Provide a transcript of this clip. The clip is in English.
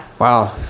Wow